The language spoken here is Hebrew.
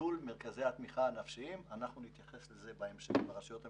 וביטול מרכזי התמיכה הנפשיים ברשויות המקומיות.